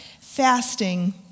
fasting